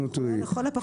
לכל הפחות למחות.